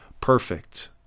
perfect